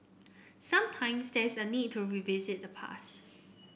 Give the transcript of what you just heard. sometimes there is a need to revisit the past